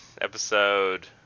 episode